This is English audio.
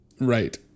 right